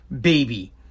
baby